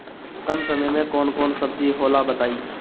कम समय में कौन कौन सब्जी होला बताई?